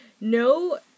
no